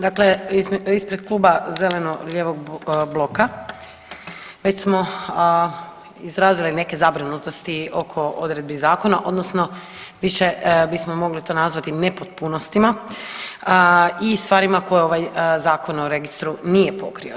Dakle, ispred Kluba zeleno-lijevog bloka već smo izrazili neke zabrinutosti oko odredbi zakona, odnosno više bismo mogli to nazvati nepotpunostima i stvarima koje ovaj Zakon o Registru nije pokrio.